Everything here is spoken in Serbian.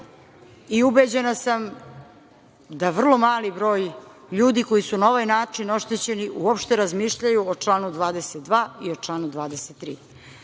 i ubeđena sam da vrlo mali broj ljudi koji su na ovaj način oštećeni uopšte razmišljaju o članu 22. i o članu 23.Ono